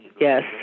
Yes